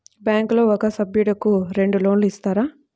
బ్యాంకులో ఒక సభ్యుడకు రెండు లోన్లు ఇస్తారా?